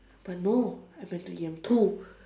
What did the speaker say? but no I went to E_M two